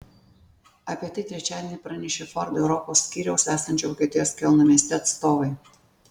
apie tai trečiadienį pranešė ford europos skyriaus esančio vokietijos kelno mieste atstovai